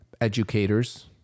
educators